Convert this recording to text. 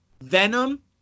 Venom